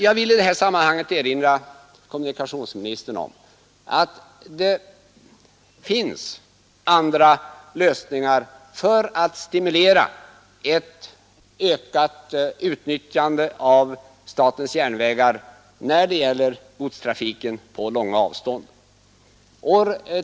Jag vill i detta sammanhang erinra kommunikationsministern om att det finns andra lösningar för att stimulera ett ökat utnyttjande av statens järnvägar när det gäller godstrafiken på långa avstånd.